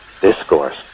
discourse